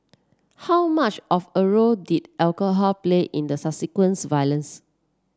how much of a role did alcohol play in the subsequent violence